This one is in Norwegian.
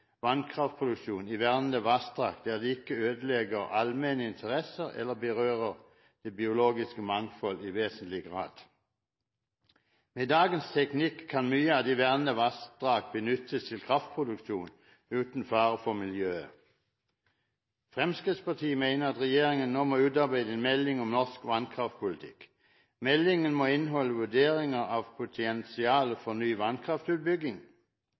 vannkraftproduksjon i vernede vassdrag der det ikke ødelegger allmenne interesser eller berører det biologiske mangfold i vesentlig grad. Med dagens teknikk kan mye av de vernede vassdrag benyttes til kraftproduksjon uten fare for miljøet. Fremskrittspartiet mener at regjeringen nå må utarbeide en melding om norsk vannkraftpolitikk. Meldingen må inneholde vurderinger av potensialet for ny vannkraftutbygging.